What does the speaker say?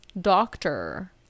doctor